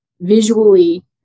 Visually